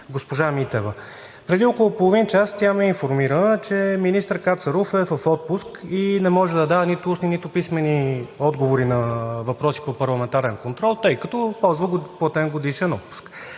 госпожа Митева. Преди около половин час тя ме информира, че министър Кацаров е в отпуск и не може да дава нито устни, нито писмени отговори на въпроси по парламентарен контрол, тъй като ползва платен годишен отпуск.